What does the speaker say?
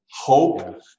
hope